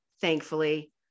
Thankfully